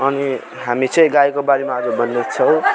अनि हामी चाहिँ गाईको बारेमा अहिले भन्दैछौँ